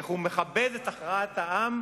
איך הוא מכבד את הכרעת העם,